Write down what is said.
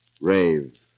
rave